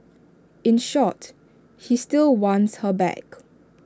in short he still wants her back